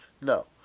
No